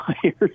players